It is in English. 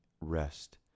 rest